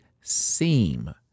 seem